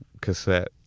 cassette